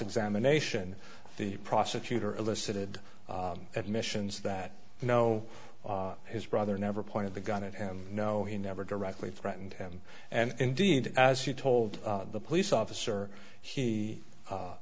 examination the prosecutor elicited admissions that you know his brother never pointed the gun at him no he never directly threatened him and indeed as he told the police officer he